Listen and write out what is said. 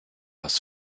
hörst